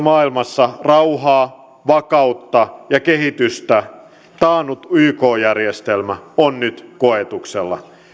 maailmassa rauhaa vakautta ja kehitystä taannut yk järjestelmä on nyt koetuksella